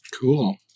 Cool